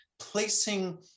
placing